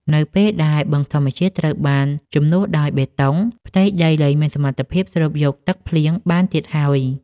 នៅពេលដែលបឹងធម្មជាតិត្រូវបានជំនួសដោយបេតុង ផ្ទៃដីលែងមានសមត្ថភាពស្រូបយកទឹកភ្លៀងបានទៀតឡើយ។